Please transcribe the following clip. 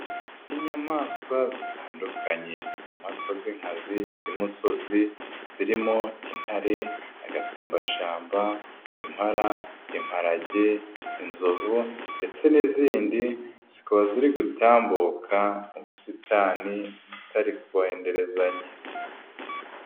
Inyamaswa zitandukanye ni inyamaswa z'inkazi z'imusozi zirimo: intare, agasumbashyamba, impara, imparage, inzovu ndetse n'izindi, zikaba ziri gutambuka mu busitani zitari kwenderezanya.